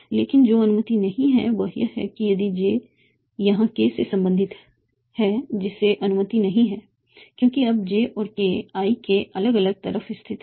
लेकिन जो अनुमति नहीं है वह यह है कि यदि j यहां k से संबंधित है जिसे अनुमति नहीं है क्योंकि अब j और k i के अलग अलग तरफ स्थित हैं